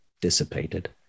dissipated